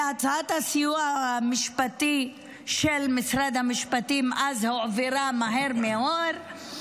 והצעת הסיוע המשפטי של משרד המשפטים אז הועברה מהר מאוד,